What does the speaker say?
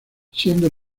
siendo